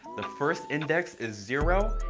the first index is zero.